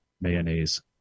mayonnaise